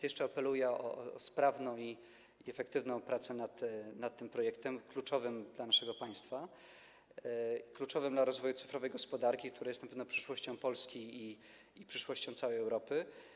jeszcze apeluję o sprawną i efektywną pracę nad tym kluczowym dla naszego państwa projektem, kluczowym dla rozwoju cyfrowej gospodarki, która jest na pewno przyszłością Polski i przyszłością całej Europy.